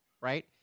right